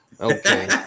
okay